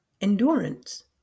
endurance